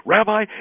Rabbi